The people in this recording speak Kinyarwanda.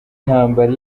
intambara